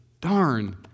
darn